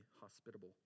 hospitable